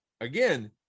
again